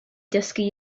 dysgu